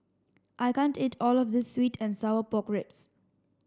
I can't eat all of this sweet and sour pork ribs